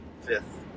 fifth